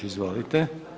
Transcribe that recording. Izvolite.